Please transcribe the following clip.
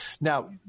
Now